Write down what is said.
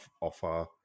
offer